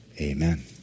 Amen